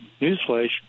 newsflash